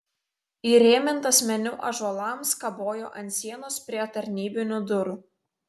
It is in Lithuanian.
įrėmintas meniu ąžuolams kabojo ant sienos prie tarnybinių durų